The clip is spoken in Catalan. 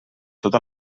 tota